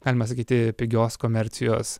galima sakyti pigios komercijos